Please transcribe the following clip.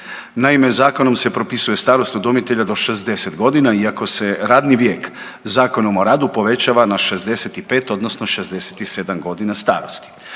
Naime, zakonom se propisuje starost udomitelja do 60 godina iako se radni vijek Zakonom o radu povećava na 65 odnosno 67 godina starosti.